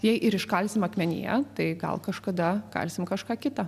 jei ir iškalsim akmenyje tai gal kažkada kalsim kažką kitą